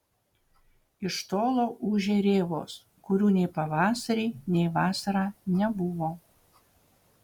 iš tolo ūžia rėvos kurių nei pavasarį nei vasarą nebuvo